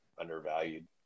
undervalued